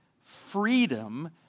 freedom